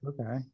okay